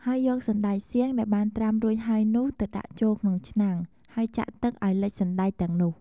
ហើយយកសណ្ដែកសៀងដែលបានត្រាំរួចហើយនោះ ទៅដាក់ចូលក្នុងឆ្នាំង ហើយចាក់ទឹកឱ្យលិចសណ្ដែកទាំងនោះ។